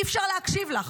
אי-אפשר להקשיב לך.